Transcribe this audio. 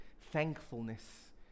thankfulness